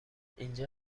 اینجا